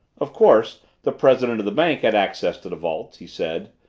of course the president of the bank had access to the vaults, he said.